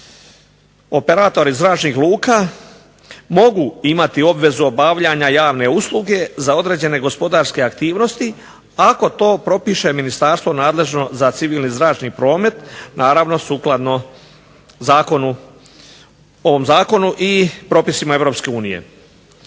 Operatori zračnih luka mogu imati obvezu obavljanja javne usluge za određene gospodarske aktivnosti ako to propiše Ministarstvo nadležno za civilni zračni promet naravno sukladno zakonu, ovom Zakonu i propisima